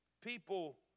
people